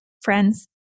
Friends